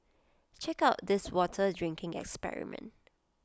check out this water drinking experiment